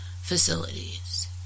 Facilities